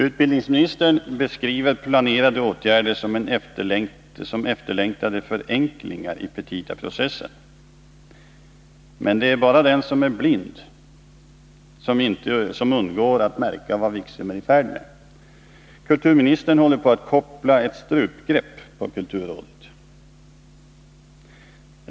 Utbildningsministern beskriver planerade åtgärder som efterlängtade förenklingar i petitaprocessen. Men det är bara den som är blind som undgår att märka vad herr Wikström är i färd med. Kulturministern håller på att koppla ett strupgrepp på kulturrådet.